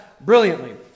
brilliantly